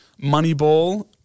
moneyball